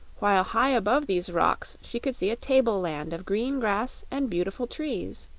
while high above these rocks she could see a tableland of green grass and beautiful trees.